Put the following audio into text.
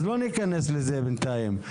אז לא ניכנס לזה בינתיים.